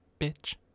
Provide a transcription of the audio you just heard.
Bitch